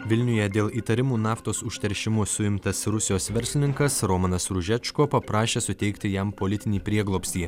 vilniuje dėl įtarimų naftos užteršimu suimtas rusijos verslininkas romanas ružečko paprašė suteikti jam politinį prieglobstį